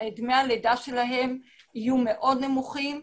דמי הלידה שלהן יהיו מאוד נמוכות,